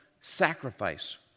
sacrifice